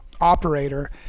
operator